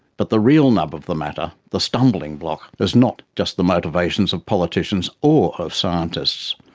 but the real nub of the matter, the stumbling block is not just the motivations of politicians or of scientists,